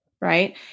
Right